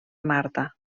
marta